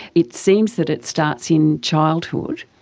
it seems that it starts in childhood.